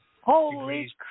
Holy